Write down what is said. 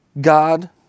God